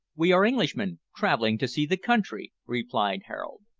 we are englishmen, travelling to see the country, replied harold.